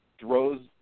throws